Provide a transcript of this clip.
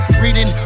Reading